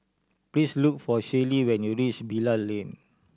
please look for Shaylee when you reach Bilal Lane